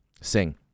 sing